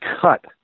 cut